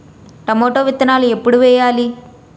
Tomato విత్తనాలు ఎప్పుడు వెయ్యాలి?